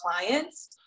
clients